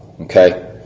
Okay